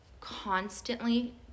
constantly